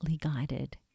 guided